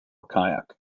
kayak